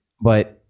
But-